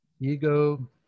ego